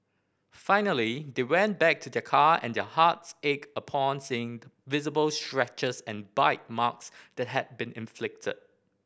finally they went back to their car and their hearts ached upon seeing the visible scratches and bite marks that had been inflicted